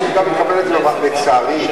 אני מקבל את זה, אבל לצערי,